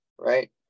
right